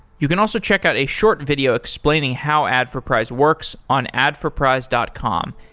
you can also check out a short video explaining how adforprize works on adforprize dot com.